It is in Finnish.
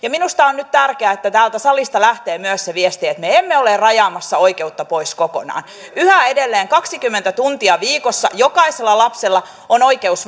minusta on nyt tärkeää että täältä salista lähtee myös se viesti että me emme ole rajaamassa oikeutta pois kokonaan yhä edelleen kaksikymmentä tuntia viikossa jokaisella lapsella on oikeus